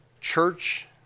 church